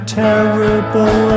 terrible